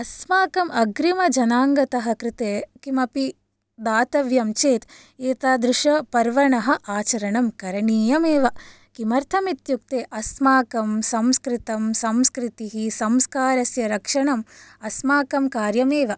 अस्माकम् अग्रिम जनाङ्गतः कृते किमपि दातव्यं चेत् एतादृश पर्वणः आचरणं करणीयम् एव किमर्थम् इत्युक्ते अस्माकं संस्कृतं संस्कृतिः संस्कारस्य रक्षणम् अस्माकं कार्यमेव